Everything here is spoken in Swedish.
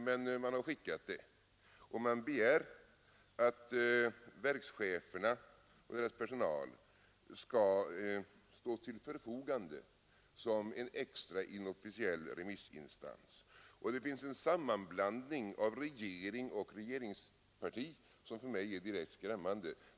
Men man har ändå skickat skrivelsen till dem. Och man begär att verkscheferna och deras personal skall stå till förfogande som en extra inofficiell remissinstans. Det har i skrivelsen gjorts en sammanblandning av regering och regeringsparti som för mig är direkt skrämmande.